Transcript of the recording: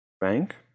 Bank